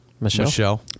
Michelle